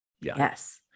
Yes